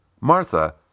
Martha